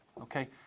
okay